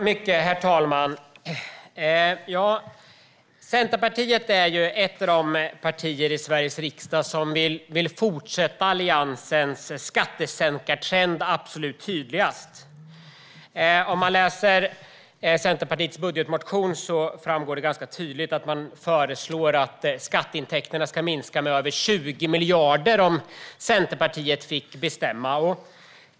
Herr talman! Centerpartiet är ett av de partier i Sveriges riksdag som absolut tydligast vill fortsätta Alliansens skattesänkartrend. I Centerpartiets budgetmotion framgår det tydligt att skatteintäkterna skulle minska med över 20 miljarder om Centerpartiet fick bestämma.